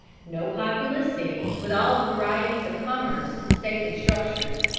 no populous city, with all the varieties of commerce and stately structures,